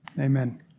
Amen